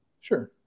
Sure